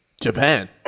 Japan